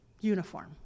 uniform